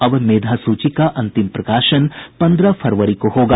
अब मेधा सूची का अंतिम प्रकाशन पंद्रह फरवरी को होगा